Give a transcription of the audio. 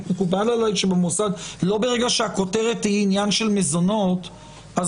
לא ברגע שהכותרת היא עניין של מזונות אז